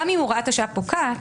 גם אם הוראת השעה פוקעת,